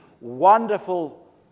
wonderful